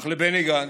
אך לבני גנץ,